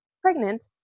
pregnant